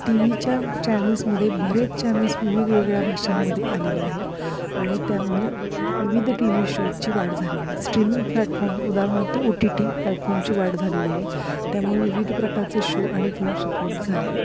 T व्हीच्या चॅनल्समध्ये बरेच चॅनल्स विवेगळ्या भाषांमध्ये आलेले आहेत आणि त्यामुळे विविध टी व्ही शोजची वाढ झालेली आहे स्ट्रीमिंग प्लॅटफॉर्म्स उदाहरणार्थ ओ टी टी प्लॅटफॉर्मची वाढ झालेली आहे त्यामुळे विविध प्रकारचे शो आणि फिल्म्स उपलब्ध झाले आहेत